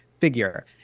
figure